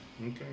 Okay